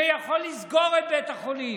שיכול לסגור את בית החולים,